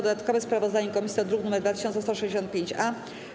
Dodatkowe sprawozdanie komisji to druk nr 2165-A.